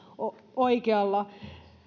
oikealla